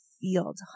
field